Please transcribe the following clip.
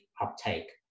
uptake